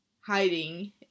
hiding